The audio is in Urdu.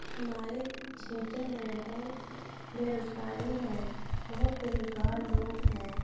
ہمارے چھیتر میں بہت بے روزگاری ہے بہت بے روزگار لوگ ہیں